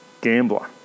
Gambler